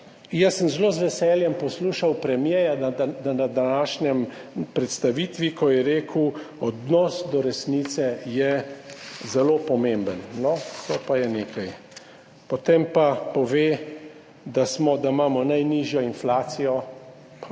rokave. Zelo z veseljem sem poslušal premierja na današnji predstavitvi, ko je rekel, odnos do resnice je zelo pomemben. No, to pa je nekaj. Potem pa pove, da imamo najnižjo inflacijo